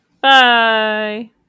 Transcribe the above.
Bye